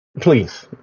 Please